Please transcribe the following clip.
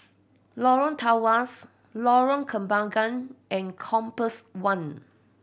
Lorong Tawas Lorong Kembangan and Compass One